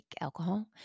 alcohol